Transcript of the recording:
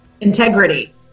integrity